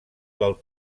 del